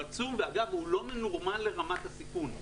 אגב, הוא לא מנורמל לרמת הסיכון.